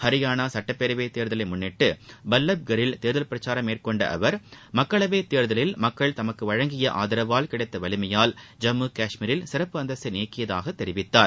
ஹரியானா சுட்டப்பேரவைத் தேர்தலை முன்னிட்டு பல்லப்கரில் தேர்தல் பிரச்சாரம் மேற்கொண்ட அவர் மக்களவைத் தேர்தலில் மக்கள் தனக்கு வழங்கிய ஆதரவால் கிடைத்த வலிமையால் ஜம்மு கஷ்மீரில் சிறப்பு அந்தஸ்தை நீக்கியதாகத் தெரிவித்தார்